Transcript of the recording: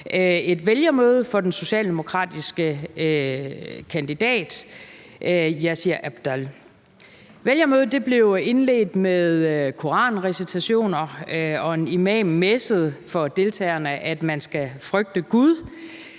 et vælgermøde for den socialdemokratiske kandidat Yasir Iqbal. Vælgermødet blev indledt med koranrecitationer, og en imam messede for deltagerne, at man skal frygte Gud.